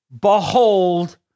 behold